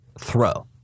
throw